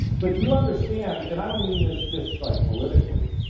but do you understand, and i don't mean this just like politically,